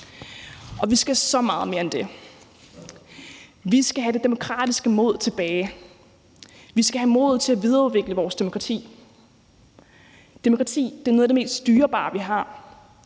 og vi skal så meget mere end det. Vi skal have det demokratiske mod tilbage. Vi skal have modet til at videreudvikle vores demokrati. Demokrati er noget af det mest dyrebare, vi har,